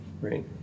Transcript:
right